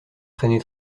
traîner